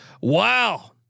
wow